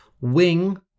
Wing